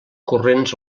corrents